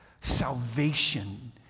salvation